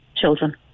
children